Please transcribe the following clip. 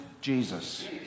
Jesus